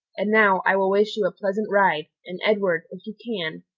and now, i will wish you a pleasant ride and, edward, if you can,